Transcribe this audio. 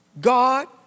God